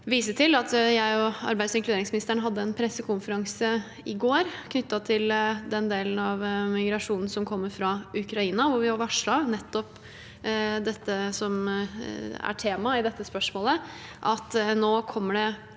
også vise til at jeg og arbeids- og inkluderingsministeren hadde en pressekonferanse i går knyttet til den delen av migrasjonen som kommer fra Ukraina, og hvor vi varslet nettopp det som er temaet i dette spørsmålet, at nå kommer det